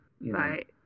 Right